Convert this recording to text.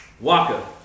Waka